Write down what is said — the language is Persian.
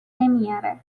نمیاره